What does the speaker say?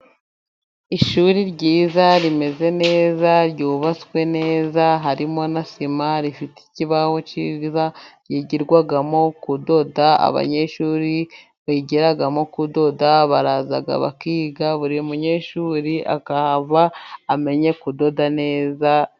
Ishuri ryiza, rimeze neza, ryubatswe neza, harimo na sima, rifite ikibaho cyiza, ryigirwamo kudoda, abanyeshuri bigiramo kudoda baraza bakiga, buri munyeshuri akahava amenye kudoda neza.